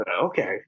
okay